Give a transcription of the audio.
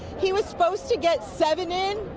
he was supposed to get seven in.